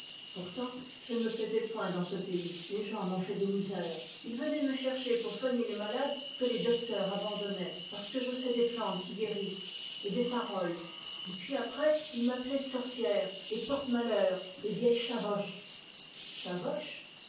pourtant je ne me plaisais point dans ce pays les gens m'ont fait des misères ils venaient me chercher pour soigner les malades que les docteurs abandonnaient parce que je sais des plantes qui guérissent et des paroles et puis après ils m'appelaient sorcière et porte malheur et vieille